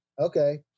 Okay